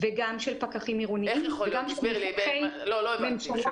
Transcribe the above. בדיוק כמו